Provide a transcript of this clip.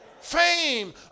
Fame